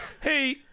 hey